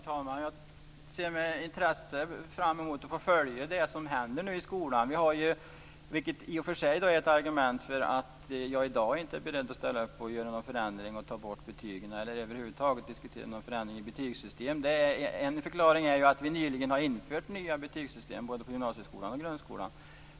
Herr talman! Jag ser med intresse fram emot att få följa det som händer i skolan. Jag är i dag inte beredd att ställa upp och göra någon förändring och ta bort betygen eller över huvud taget diskutera någon förändring i betygssystemet. En förklaring är att vi nyligen har infört nya betygssystem på både gymnasieskolan och grundskolan.